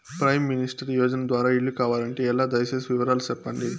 Prime minister Yojana ద్వారా ఇల్లు కావాలంటే ఎలా? దయ సేసి వివరాలు సెప్పండి?